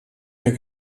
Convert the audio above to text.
mehr